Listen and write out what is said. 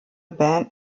band